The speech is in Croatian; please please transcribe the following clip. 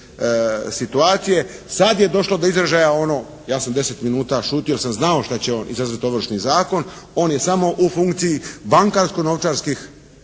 situacije. Sad je došlo do izražaja ono, ja sam deset minuta šutio jer sam znao šta će on izazvati, ovršni zakon. On je samo u funkciji bankarsko-novčarskih